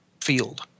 field